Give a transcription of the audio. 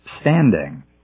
standing